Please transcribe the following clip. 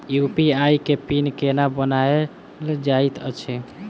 UPI केँ PIN केना बनायल जाइत अछि